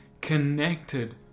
connected